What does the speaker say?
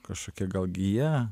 kažkokia gal gija